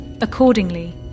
Accordingly